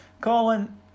Colin